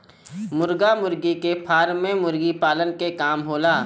मुर्गा मुर्गी के फार्म में मुर्गी पालन के काम होला